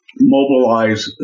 Mobilize